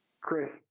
Chris